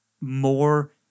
more